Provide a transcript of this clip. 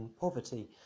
poverty